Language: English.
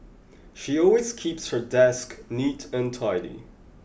she always keeps her desk neat and tidy